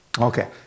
Okay